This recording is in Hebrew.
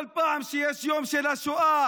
כל פעם שיש יום שואה,